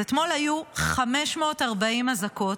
אז אתמול היו 540 אזעקות,